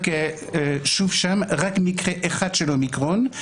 יש שם רק מקרה אחד של אומיקרון.